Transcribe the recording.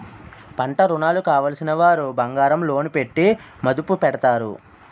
పంటరుణాలు కావలసినవారు బంగారం లోను పెట్టి మదుపు పెడతారు